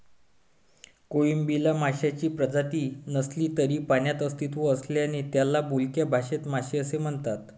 कोळंबीला माशांची प्रजाती नसली तरी पाण्यात अस्तित्व असल्याने त्याला बोलक्या भाषेत मासे असे म्हणतात